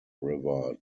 river